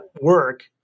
work